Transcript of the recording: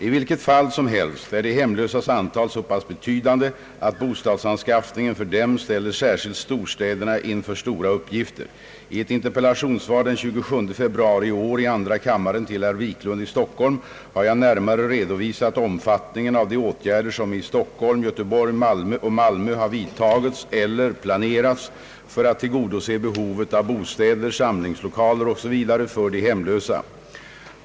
I vilket fall som helst är de hemlösas antal så pass betydande att bostadsanskaffningen för dem ställer särskilt storstäderna inför stora uppgifter. I ett interpellationssvar den 27 februari i år i andra kammaren till herr Wiklund i Stockholm har jag närmare redovisat omfattningen av de åtgärder som i Stockholm, Göteborg och Malmö har vidtagits eller planerats för att tillgodose behovet av bostäder, samlingslokaler osv. för de hemlösa.